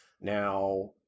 Now